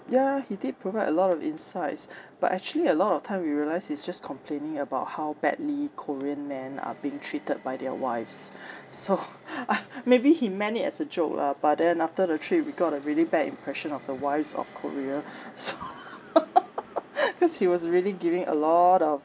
ya he did provide a lot of insights but actually a lot of time we realised he's just complaining about how badly korean men are being treated by their wives so uh maybe he meant it as a joke lah but then after the trip we got a really bad impression of the wives of korea so cause he was really giving a lot of